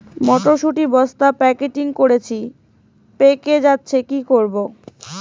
মটর শুটি বস্তা প্যাকেটিং করেছি পেকে যাচ্ছে কি করব?